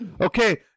Okay